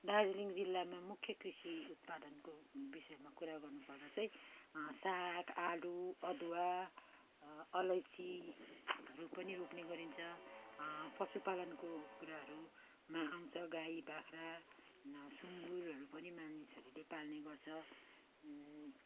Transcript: दार्जिलिङ जिल्लामा मुख्य कृषि उत्पादनको विषयमा कुरा गर्नु पर्दा चाहिँ साग आलु अदुवा अलैँची हरू पनि रोप्ने गरिन्छ पशुपालनको कुरा हरूमा आउँछ गाई बाख्रा सुँगुरहरू पनि मानिसहरूले पाल्ने गर्छ